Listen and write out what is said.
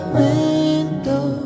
window